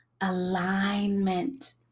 Alignment